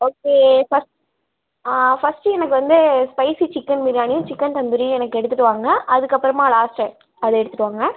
okay first எனக்கு வந்து spicy chicken biryani chicken tandoori எனக்கு எடுத்துட்டு வாங்க அதுக்கு அப்புறமாக லாஸ்ட் அதை எடுத்துட்டு வாங்க